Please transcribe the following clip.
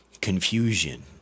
confusion